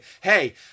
hey